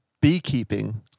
beekeeping